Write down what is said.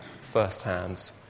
firsthand